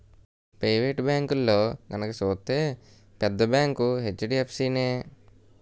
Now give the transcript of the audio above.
private బేంకుల్లో గనక సూత్తే పెద్ద బేంకు హెచ్.డి.ఎఫ్.సి నే